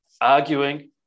arguing